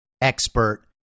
expert